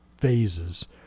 phases